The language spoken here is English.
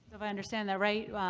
if i understand that right,